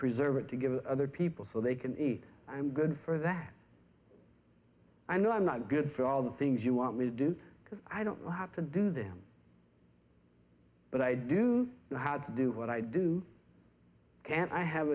preserve it to give other people so they can eat i'm good for that i know i'm not good for all the things you want me to do because i don't have to do them but i do know how to do what i do and i have